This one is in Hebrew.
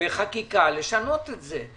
בחקיקה לשנות את זה?